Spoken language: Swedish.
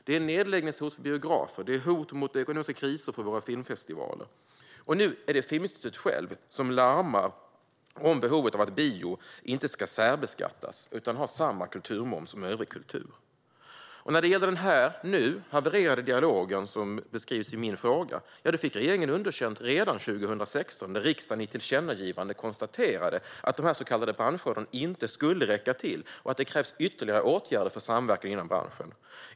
Det är nedläggningshot för biografer och ekonomiska kriser för våra filmfestivaler. Nu är det Filminstitutet självt som larmar om behovet av att bio inte ska särbeskattas utan ha samma kulturmoms som övrig kultur. När det gäller den nu havererade dialog som beskrivs i min fråga fick regeringen underkänt redan 2016 när riksdagen i ett tillkännagivande konstaterade att de så kallade branschråden inte skulle räcka till och att det krävs ytterligare åtgärder för samverkan inom branschen.